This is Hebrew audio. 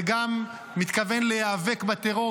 וגם מתכוון להיאבק בטרור,